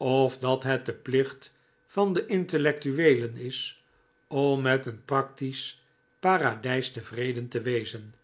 of dat het de plicht van de intellectueelen is om met een practisch paradijs tevreden te wezen